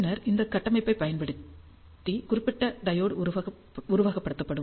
பின்னர் இந்த கட்டமைப்பைப் பயன்படுத்தி குறிப்பிட்ட டையோடு உருவகப்படுத்தப்படும்